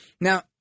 Now